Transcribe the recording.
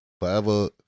Forever